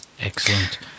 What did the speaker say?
Excellent